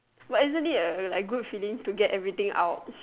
but isn't it a like good feeling to get everything out